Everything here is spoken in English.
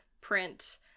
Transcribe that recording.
print